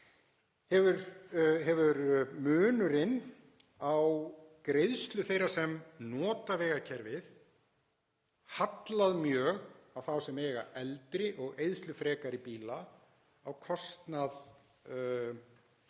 hefur munurinn á greiðslu þeirra sem nota vegakerfið hallað mjög á þá sem eiga eldri og eyðslufrekari bíla á kostnað þeirra